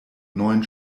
neun